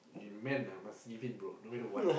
you man ah must give in bro no matter what